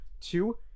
Two